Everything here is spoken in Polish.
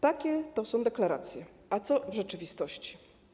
Takie są deklaracje, a co w rzeczywistości?